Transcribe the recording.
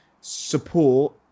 support